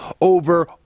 over